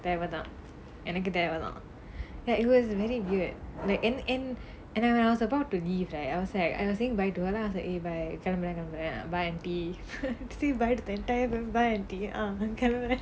தேவ தான் எனக்கு தேவ தான்:theva thaan ennaku theva thaan like it was very weird like and and and I when I was about to leave right I was like I was saying bye to her then I was like eh bye கிளம்புறேன் கிளம்புறேன்:kilamburaen kilamburaen bye auntie say bye to the entire room bye auntie ah